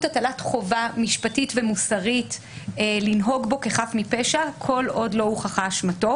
הטלת חובה משפטית ומוסרית לנהוג בו כחף מפשע כל עוד לא הוכחה אשמתו